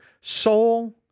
soul